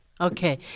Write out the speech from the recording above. Okay